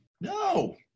No